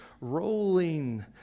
rolling